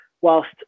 whilst